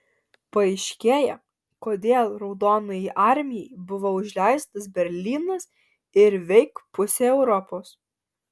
paaiškėja kodėl raudonajai armijai buvo užleistas berlynas ir veik pusė europos